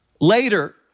Later